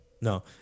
No